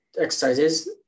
Exercises